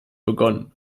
begonnen